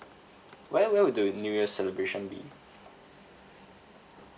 where where do new year celebration be